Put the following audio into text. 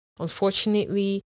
Unfortunately